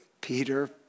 Peter